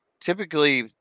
typically